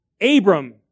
Abram